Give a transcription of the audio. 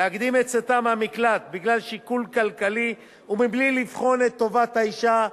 להקדים את צאתן מהמקלט בגלל שיקול כלכלי ובלי לבחון את טובת האשה,